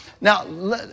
Now